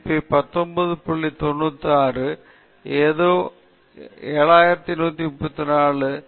என் பரிசோதனையானது ஒரு ஆட்சியாளருடன் எதையாவது அளவிட வேண்டும் என்று நீங்கள் சொன்னால் இறுதி மதிப்பை 19